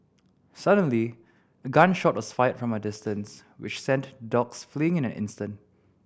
suddenly a gun shot was fired from a distance which sent the dogs fleeing in an instant